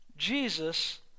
Jesus